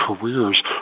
careers